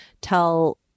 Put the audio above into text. tell